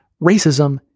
racism